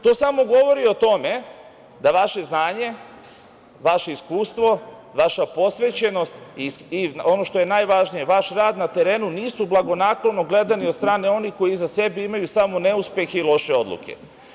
To samo govori o tome da vaše znanje, vaše iskustvo, vaša posvećenost i ono što je najvažnije, vaš rad na terenu, nisu blagonaklono gledani od strane onih koji iza sebe imaju samo neuspeh i loše odluke.